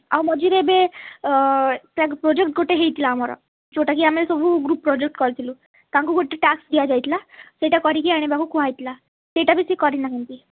ଆଉ ମଝିରେ ଏବେ ପ୍ରୋଜେକ୍ଟ ଗୋଟେ ହୋଇଥିଲା ଆମର ଯେଉଁଟାକି ଆମେ ସବୁ ଗ୍ରୁପ୍ ପ୍ରୋଜେକ୍ଟ କରିଥିଲୁ ତାଙ୍କୁ ଗୋଟେ ଟାକ୍ସ ଦିଆଯାଇ ଥିଲା ସେଇଟା କରି କି ଆଣିବାକୁ କୁହାଯାଇ ଥିଲା ସେଇଟା ବି ସେ କରି ନାହାନ୍ତି